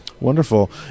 Wonderful